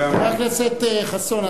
חבר הכנסת חסון,